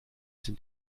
sind